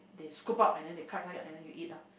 they scoop up and then they cut cut and then you eat lor